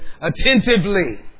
attentively